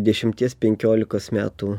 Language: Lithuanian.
dešimties penkiolikos metų